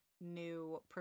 New